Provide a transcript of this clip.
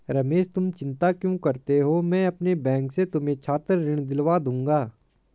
रमेश तुम चिंता क्यों करते हो मैं अपने बैंक से तुम्हें छात्र ऋण दिलवा दूंगा